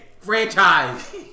Franchise